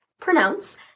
pronounce